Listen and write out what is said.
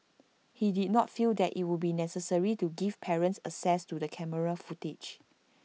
she did not feel that IT would be necessary to give parents access to the camera footage